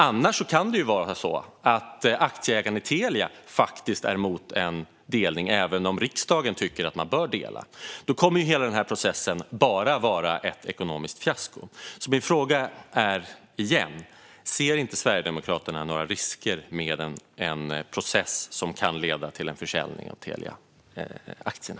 Det kan även vara så att aktieägarna i Telia faktiskt är emot en delning, även om riksdagen tycker att man bör dela. Då kommer hela processen bara att vara ett ekonomiskt fiasko. Min fråga är återigen: Ser inte Sverigedemokraterna några risker med en process som kan leda till en försäljning av Teliaaktierna?